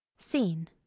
scene